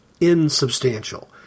insubstantial